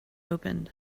opened